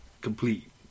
complete